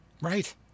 Right